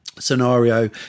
Scenario